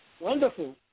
Wonderful